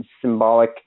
symbolic